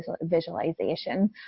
visualization